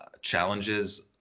challenges